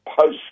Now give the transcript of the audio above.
post